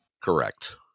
correct